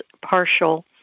partial